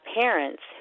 parents